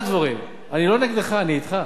אני לא נגדך, אני אתך.